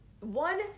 One